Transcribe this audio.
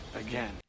again